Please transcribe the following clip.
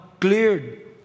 cleared